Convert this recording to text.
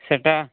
ସେଇଟା